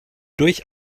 durch